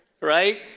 right